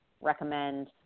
recommend